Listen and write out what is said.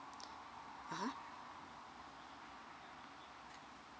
(uh huh)